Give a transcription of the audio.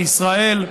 לישראל,